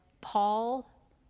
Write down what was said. Paul